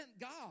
God